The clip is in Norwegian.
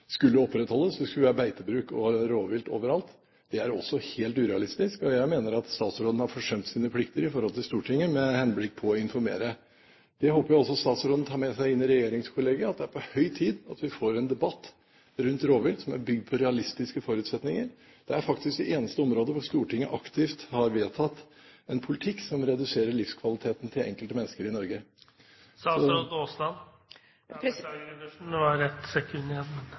skulle opprettholdes. Det skulle være beitebruk og rovvilt overalt. Det er også helt urealistisk. Jeg mener at statsråden har forsømt sine plikter i forhold til Stortinget med henblikk på å informere. Vi håper også statsråden tar med seg inn i regjeringskollegiet at det er på høy tid at vi får en debatt rundt rovvilt som er bygd på realistiske forutsetninger. Det er faktisk det eneste området hvor Stortinget aktivt har vedtatt en politikk som reduserer livskvaliteten til enkelte mennesker i